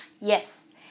Yes